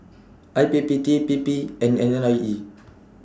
I P P T P P and N I E